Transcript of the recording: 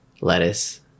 lettuce